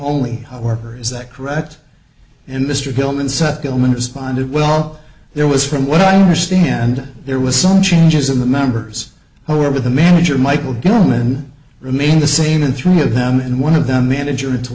only worker is that correct and mr gilman said gilman responded well there was from what i understand there was some changes in the members who were with the manager michael gilman remain the same and three of them and one of them manager